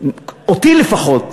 אותי לפחות,